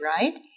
right